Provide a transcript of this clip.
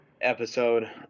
episode